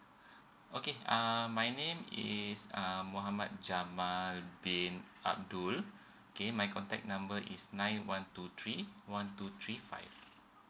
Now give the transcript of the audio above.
okay uh my name is uh mohamad jamal bin abdul okay my contact number is nine one two three one two three five